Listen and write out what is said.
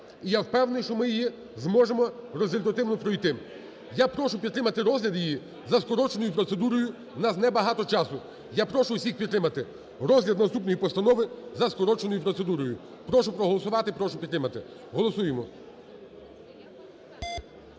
І я впевнений, що ми її зможемо результативно пройти. Я прошу підтримати розгляд її за скороченою процедурою. У нас небагато часу. Я прошу всіх підтримати розгляд наступної постанови за скороченою процедурою. Прошу проголосувати. Прошу підтримати. Голосуємо.